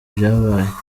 byabaye